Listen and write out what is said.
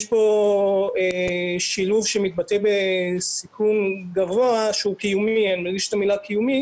יש פה שילוב שמתבטא בסיכון גבוה שהוא קיומי אני מדגיש את המילה קיומי